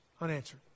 unanswered